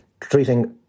Treating